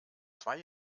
zwei